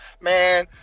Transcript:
Man